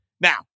Now